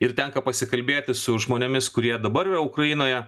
ir tenka pasikalbėti su žmonėmis kurie dabar yra ukrainoje